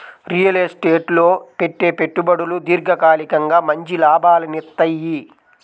real estate లో పెట్టే పెట్టుబడులు దీర్ఘకాలికంగా మంచి లాభాలనిత్తయ్యి